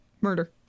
murder